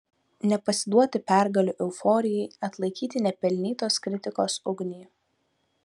nepasiduoti pergalių euforijai atlaikyti nepelnytos kritikos ugnį